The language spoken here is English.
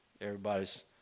everybody's